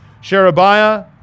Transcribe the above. Sherebiah